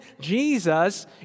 Jesus